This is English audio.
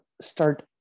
start